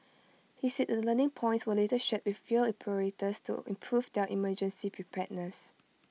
he said the learning points were later shared with rail operators to improve their emergency preparedness